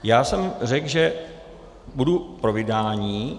Já jsem řekl, že budu pro vydání.